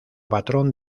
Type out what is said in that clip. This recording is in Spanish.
patrón